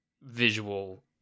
visual